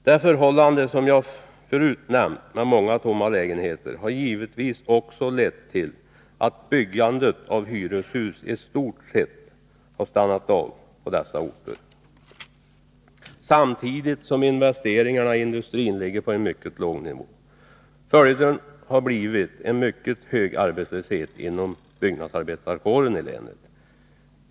Det förhållandet, som jag nyss nämnde, att många lägenheter står tomma har givetvis också lett till att byggandet av hyreshus i stort sett har stannat av på berörda orter, samtidigt som investeringarna inom industrin ligger på en mycket låg nivå. Följden har blivit en mycket hög arbetslöshet inom byggnadsarbetarkåren i länet.